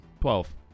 Twelve